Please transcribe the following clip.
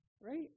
right